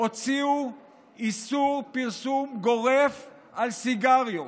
הוציאו איסור פרסום גורף על סיגריות.